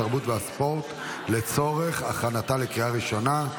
התרבות והספורט לצורך הכנתה לקריאה ראשונה.